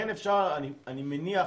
אני מניח,